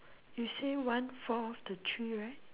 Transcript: you say one fall off the tree right